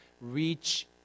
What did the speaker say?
reach